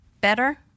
better